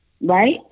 right